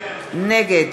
נגד